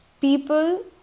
people